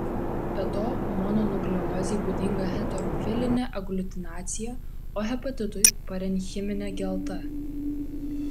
be to mononukleozei būdinga heterofilinė agliutinacija o hepatitui parenchiminė gelta